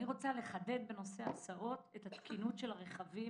אני רוצה לחדד בנושא ההסעות את עניין התקינות של הרכבים.